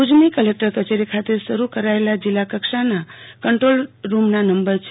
ભુજની કલેકટર કચેરી ખાત શરૂ કરાયેલ જિલ્લા કક્ષાના કંટ્રોલરૂમના નંબર છે